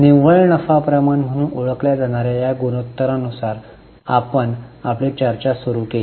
निव्वळ नफा प्रमाण म्हणून ओळखल्या जाणार्या या गुणोत्तरानुसार आपण आपली चर्चा सुरू केली